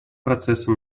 процесса